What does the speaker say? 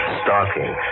stalking